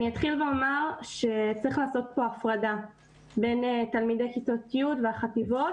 אני אתחיל ואומר שצריך לעשות פה הפרדה בין תלמידי כיתות י' והחטיבות,